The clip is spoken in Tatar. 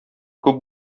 күп